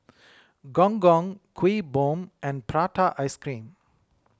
Gong Gong Kuih Bom and Prata Ice Cream